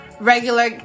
regular